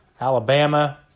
Alabama